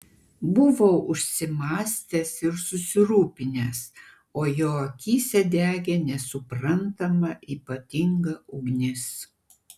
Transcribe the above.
buvo užsimąstęs ir susirūpinęs o jo akyse degė nesuprantama ypatinga ugnis